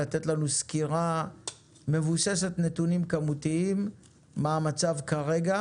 לתת לנו סקירה מבוססת נתונים כמותיים לגבי מה המצב כרגע.